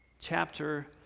chapter